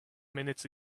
minutes